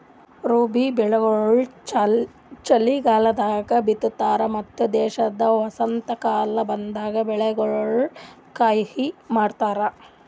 ರಬ್ಬಿ ಬೆಳಿಗೊಳ್ ಚಲಿಗಾಲದಾಗ್ ಬಿತ್ತತಾರ್ ಮತ್ತ ದೇಶದ ವಸಂತಕಾಲ ಬಂದಾಗ್ ಬೆಳಿಗೊಳಿಗ್ ಕೊಯ್ಲಿ ಮಾಡ್ತಾರ್